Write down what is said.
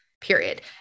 period